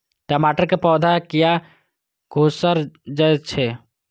टमाटर के पौधा किया घुकर जायछे?